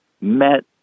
met